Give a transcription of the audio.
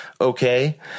okay